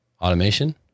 automation